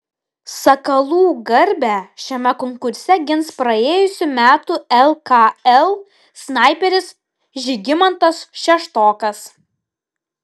sakalų garbę šiame konkurse gins praėjusių metų lkl snaiperis žygimantas šeštokas